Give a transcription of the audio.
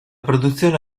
produzione